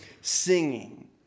singing